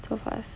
so fast